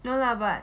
no lah but